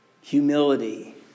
Humility